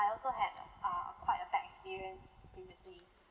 I also had a uh quite a bad experience previously